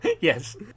Yes